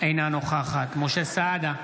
אינה נוכחת משה סעדה,